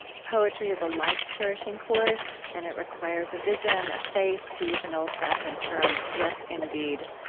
poetry is a life-cherishing force. and it requires a vision a faith, to use an old-fashioned term. yes, indeed.